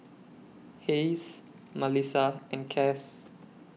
Hayes Malissa and Cass